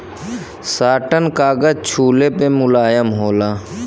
satin कागज छुले पे मुलायम होला